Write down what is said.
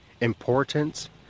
importance